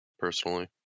Personally